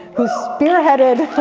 who spearheaded